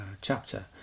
chapter